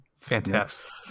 Fantastic